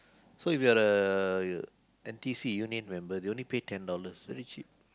so if you're the N_T_U_C union member they only pay ten dollars very cheap